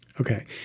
Okay